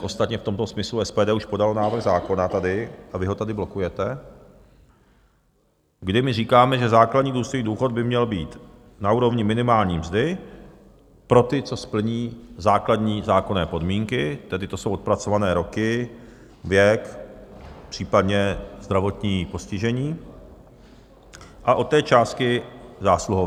Ostatně v tomto smyslu SPD už podalo návrh zákona, a vy ho tady blokujete, kdy my říkáme, že základní důstojný důchod by měl být na úrovni minimální mzdy pro ty, co splní základní zákonné podmínky, tedy to jsou odpracované roky, věk, případně zdravotní postižení, a od té částky zásluhově.